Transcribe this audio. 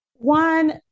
One